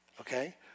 Okay